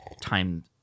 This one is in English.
time